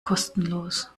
kostenlos